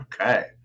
Okay